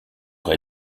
rez